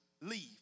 leave